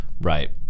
Right